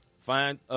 find